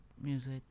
music